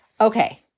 Okay